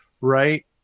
Right